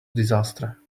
disaster